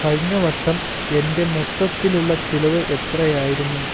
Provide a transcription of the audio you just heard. കഴിഞ്ഞ വർഷം എൻ്റെ മൊത്തത്തിലുള്ള ചിലവ് എത്രയായിരുന്നു